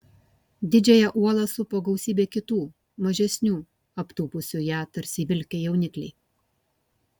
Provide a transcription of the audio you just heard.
didžiąją uolą supo gausybė kitų mažesnių aptūpusių ją tarsi vilkę jaunikliai